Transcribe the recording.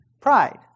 pride